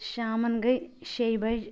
شامَن گٔے شیٚیہِ بجہِ